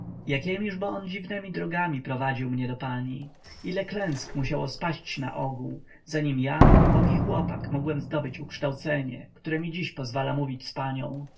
bo on dziwnemi drogami prowadził mnie do pani ile klęsk musiało spaść na ogół zanim ja ubogi chłopak mogłem zdobyć ukształcenie które mi dziś pozwala mówić z panią